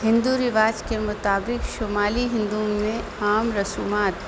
ہندو رواج کے مطابق شمالی ہندوؤں میں عام رسومات